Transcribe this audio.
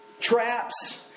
traps